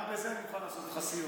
גם בזה אני מוכן לעשות איתך סיור.